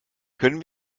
können